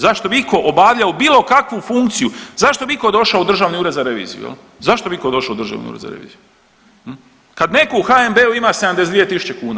Zašto bi itko obavljao bilo kakvu funkciju, zašto bi itko došao u Državni ured za reviziju, zašto bi itko došao u Državni ured za reviziju kad netko u HNB-u ima 72000 kuna.